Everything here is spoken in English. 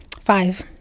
Five